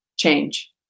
change